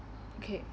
okay